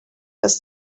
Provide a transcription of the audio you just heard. was